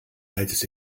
altes